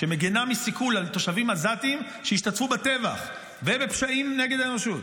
שמגינה מסיכול על תושבים עזתים שהשתתפו בטבח ובפשעים נגד האנושות.